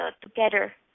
together